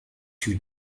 two